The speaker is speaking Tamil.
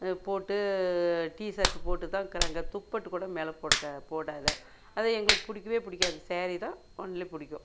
போட்டு டீஷர்ட் போட்டுதான் இருக்கிறாங்க துப்பட்டா கூட மேலே போடாத அது எங்களுக்கு பிடிக்கவே பிடிக்காது ஸாரி தான் ஒன்லி பிடிக்கும்